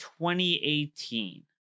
2018